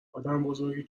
آدمبزرگی